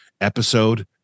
episode